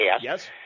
Yes